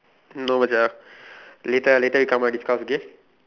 no Macha later later we come out discuss okay